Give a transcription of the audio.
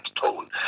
tone